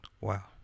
Wow